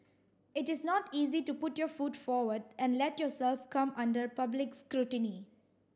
it is not easy to put your foot forward and let yourself come under public scrutiny